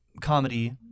Comedy